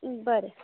बरें